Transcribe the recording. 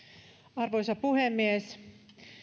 arvoisa puhemies